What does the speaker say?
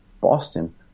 Boston